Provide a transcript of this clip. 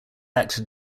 actor